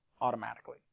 automatically